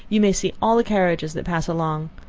you may see all the carriages that pass along.